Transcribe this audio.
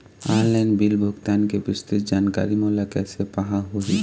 Online bill भुगतान के विस्तृत जानकारी मोला कैसे पाहां होही?